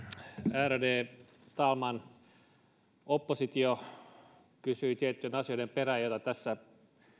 ärade talman oppositio kysyi tiettyjen asioiden perään joita tässä